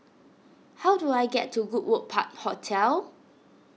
how do I get to Goodwood Park Hotel